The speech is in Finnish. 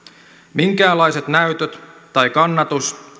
minkäänlaiset näytöt tai kannatus